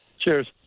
Cheers